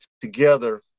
together